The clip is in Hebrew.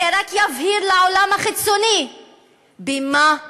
זה רק יבהיר לעולם החיצוני במה מדובר,